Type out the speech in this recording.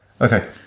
Okay